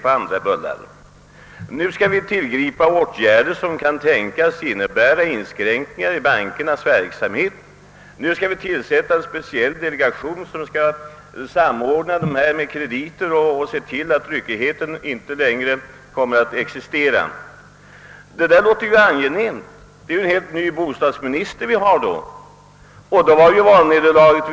Åtgärder skall tillgripas som kan tänkas innebära skärpning i bankernas kreditverksamhet, och en speciell delegation skall tillsättas som skall samordna kreditgivningen och försöka se till att ryckigheten försvinner. Detta låter angenämt. Vi har tydligen fått en helt ny och bättre bostadsminister.